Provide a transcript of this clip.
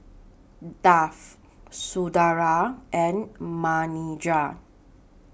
Dev Sunderlal and Manindra